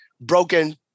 broken